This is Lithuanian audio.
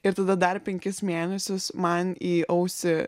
ir tada dar penkis mėnesius man į ausį